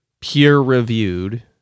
peer-reviewed